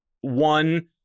one